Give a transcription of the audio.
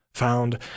found